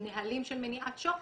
נהלים של מניעת שוחד.